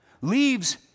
Leaves